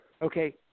Okay